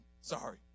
Sorry